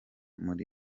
muri